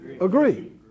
agree